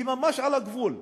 היא ממש על הגבול.